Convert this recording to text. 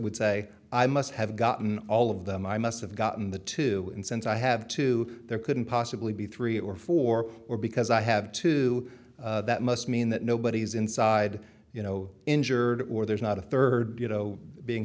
would say i must have gotten all of them i must have gotten the two and since i have two there couldn't possibly be three or four or because i have two that must mean that nobody is inside you know injured or there's not a third you know being